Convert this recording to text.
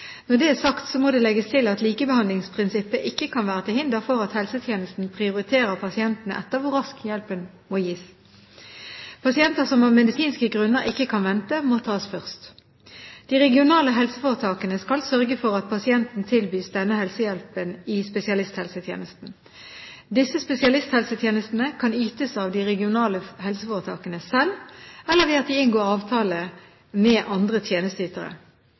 Når det er sagt, må det legges til at likebehandlingsprinsippet ikke kan være til hinder for at helsetjenesten prioriterer pasientene etter hvor raskt hjelpen må gis. Pasienter som av medisinske grunner ikke kan vente, må tas først. De regionale helseforetakene skal sørge for at pasienten tilbys denne helsehjelpen i spesialisthelsetjenesten. Disse spesialisthelsetjenestene kan ytes av de regionale helseforetakene selv, eller ved at de inngår avtale med andre tjenesteytere.